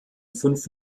fünf